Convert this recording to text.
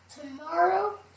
tomorrow